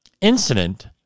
incident